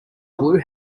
blue